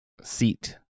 seat